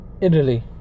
Italy